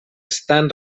estan